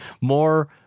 more